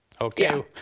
Okay